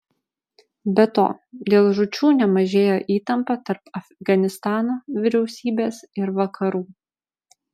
be to dėl žūčių nemažėja įtampa tarp afganistano vyriausybės ir vakarų